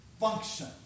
function